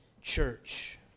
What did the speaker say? church